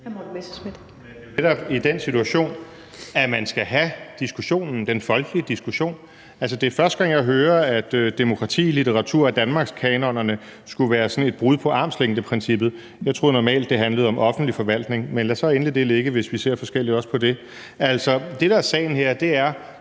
det er jo netop i den situation, at man skal have diskussionen, den folkelige diskussion. Det er første gang, jeg hører, at demokrati i litteratur- og danmarkskanonerne skulle være et brud på armslængdeprincippet. Jeg troede normalt, det handlede om offentlig forvaltning. Men lad så endelig det ligge, hvis vi ser forskelligt også på det. Det, der er sagen her, er,